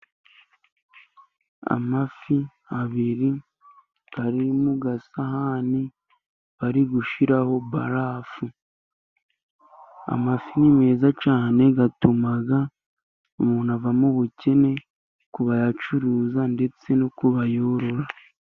Amafi abiri ari mu gasahani . Bari gushyiraho barafu . Amafi ni meza cyane ,atuma umuntu ava mu ubukene ku bayacuruza ndetse no kubayorora .